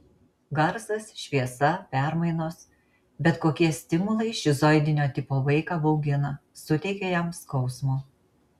garsas šviesa permainos bet kokie stimulai šizoidinio tipo vaiką baugina suteikia jam skausmo